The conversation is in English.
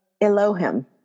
Elohim